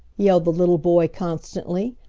yelled the little boy constantly,